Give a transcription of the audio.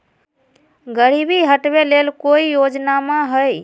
गरीबी हटबे ले कोई योजनामा हय?